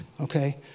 okay